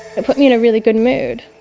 it put me in a really good mood.